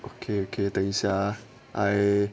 okay okay 等一下 ah I